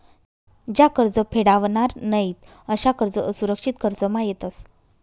ज्या कर्ज फेडावनार नयीत अशा कर्ज असुरक्षित कर्जमा येतस